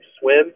swim